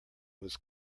was